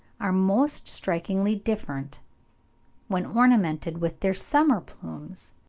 are most strikingly different when ornamented with their summer plumes,